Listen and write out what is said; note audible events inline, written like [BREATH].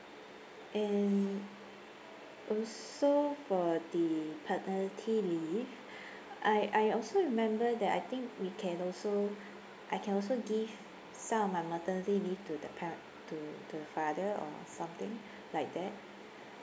and also for the paternity leave [BREATH] I I also remember that I think we can also [BREATH] I can also give some of my maternity leave to the parent to the father or something [BREATH] like that